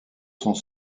sont